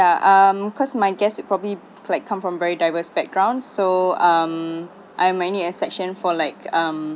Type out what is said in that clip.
um because my guests will probably correct come from very diverse background so um I will manage a section for like